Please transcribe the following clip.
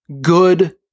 Good